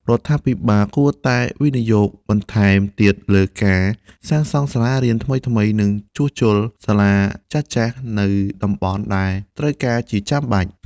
រដ្ឋាភិបាលគួរតែវិនិយោគបន្ថែមទៀតលើការសាងសង់សាលារៀនថ្មីៗ និងជួសជុលសាលាចាស់ៗនៅតំបន់ដែលត្រូវការជាចាំបាច់។